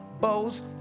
bows